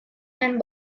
and